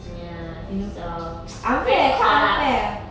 ya so we're caught up